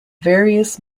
various